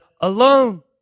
alone